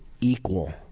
equal